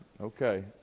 Okay